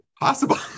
possible